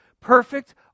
Perfect